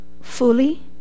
fully